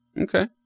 Okay